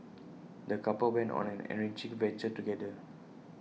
the couple went on an enriching adventure together